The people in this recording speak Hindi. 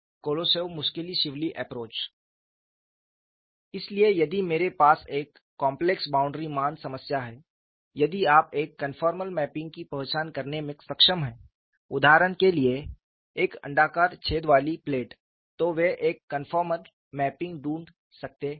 कोलोसोव मुस्केलिशविली एप्रोच इसलिए यदि मेरे पास एक कॉम्प्लेक्स बाउंड्री मान समस्या है यदि आप एक कन्फोर्मल मैपिंग की पहचान करने में सक्षम हैं उदाहरण के लिए एक अंडाकार छेद वाली प्लेट तो वे एक कन्फोर्मल मैपिंग ढूंढ सकते हैं